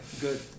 Good